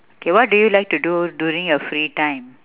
okay what do you like to do during your free time